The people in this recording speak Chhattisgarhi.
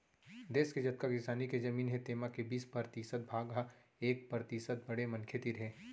देस के जतका किसानी के जमीन हे तेमा के बीस परतिसत भाग ह एक परतिसत बड़े मनखे तीर हे